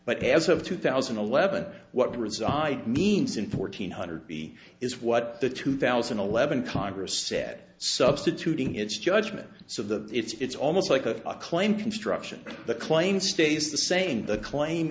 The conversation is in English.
but as of two thousand and eleven what reside means in fourteen hundred b is what the two thousand and eleven congress said substituting its judgment so that it's almost like of a claim construction the claim stays the same the claim